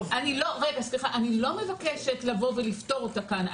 אני לא מבקשת לפתור אותה כאן,